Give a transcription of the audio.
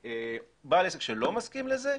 בעל עסק שלא מסכים לזה,